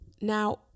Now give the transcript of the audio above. Now